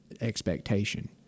expectation